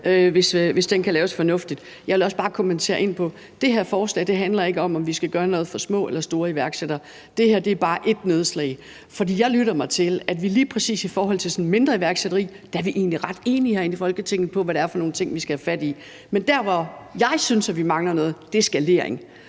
hvis den kan laves fornuftigt. Jeg vil også bare lave en kommentar. Det her forslag ikke handler om, om vi skal gøre noget for små eller store iværksættere. Det her er bare ét nedslag. For jeg lytter mig til, at vi lige præcis i forhold til sådan mindre iværksætteri egentlig er ret enige herinde i Folketinget om, hvad det er for nogle ting, vi skal have fat i. Men der, hvor jeg synes at vi mangler noget, er